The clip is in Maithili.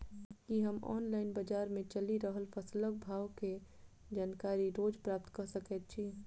की हम ऑनलाइन, बजार मे चलि रहल फसलक भाव केँ जानकारी रोज प्राप्त कऽ सकैत छी?